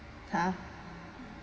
ha